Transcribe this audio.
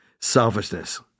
selfishness